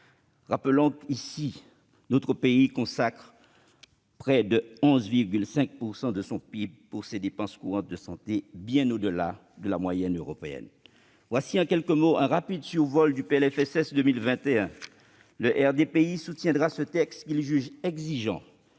Rappelons ici que notre pays consacre près de 11,5 % de son PIB pour ses dépenses courantes de santé, bien au-delà de la moyenne européenne. Voilà, en quelques mots, un rapide survol du PLFSS pour 2021. Le RDPI soutiendra ce texte, qu'il juge exigeant,